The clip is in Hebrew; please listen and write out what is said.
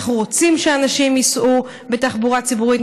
אנחנו רוצים שאנשים ייסעו בתחבורה ציבורית,